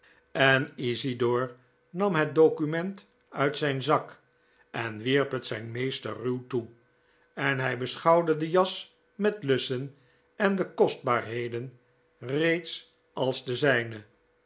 en isidor nam het document uit zijn zak en wierp het zijn meester ruw toe en hij beschouwde de jas met lussen en de kostbaarheden reeds als de zijne